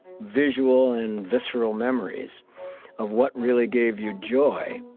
visual, and visceral memories of what really gave you joy,